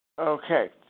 Okay